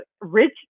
rich